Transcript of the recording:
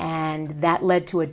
and that led to a